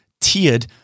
tiered